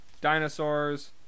Dinosaurs